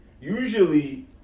Usually